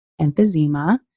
emphysema